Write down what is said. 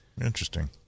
interesting